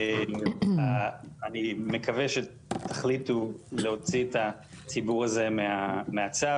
אני מקווה שתחליטו להוציא את הציבור הזה מהצו.